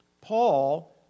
Paul